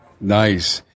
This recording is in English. Nice